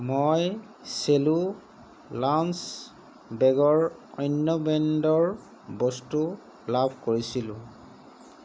মই চেলো লাঞ্চ বেগৰ অন্য ব্ৰেণ্ডৰ বস্তু লাভ কৰিছোঁ